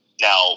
Now